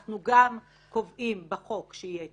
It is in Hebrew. אנחנו גם קובעים בחוק שיהיה נוהל,